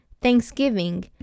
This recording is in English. thanksgiving